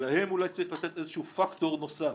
להם אולי צריך לתת פקטור נוסף.